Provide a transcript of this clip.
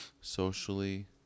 socially